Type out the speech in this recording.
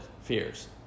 fears